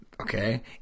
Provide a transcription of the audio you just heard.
Okay